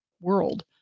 world